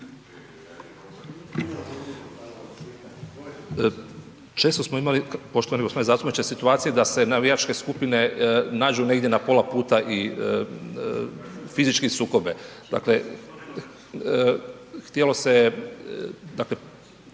Često smo imali poštovani gospodine zastupniče situacije da se navijačke skupine nađu negdje na pola puta i fizički sukobe. Dakle, htjelo se,